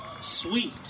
sweet